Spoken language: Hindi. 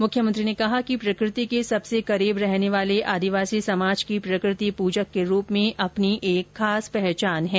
मुख्यमंत्री ने कहा कि प्रकृति के सबसे करीब रहने वाले आदिवासी समाज की प्रकृति प्रजक के रूप में अपनी एक खास पहचान है